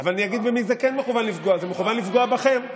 אבל אני אגיד במי זה כן מכוון לפגוע: זה מכוון לפגוע בכם.